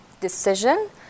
decision